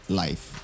life